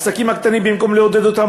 שבמקום לעודד אותם,